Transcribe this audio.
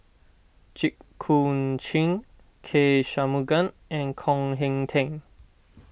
Jit Koon Ch'ng K Shanmugam and Koh Hong Teng